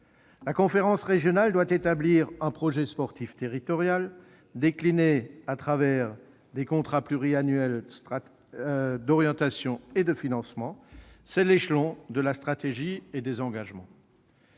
La conférence régionale doit établir un projet sportif territorial décliné sous la forme de contrats pluriannuels d'orientation et de financement. C'est l'échelon de la stratégie et des engagements.